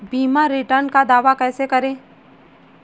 बीमा रिटर्न का दावा कैसे करें?